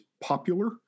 popular